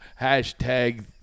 Hashtag